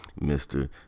mr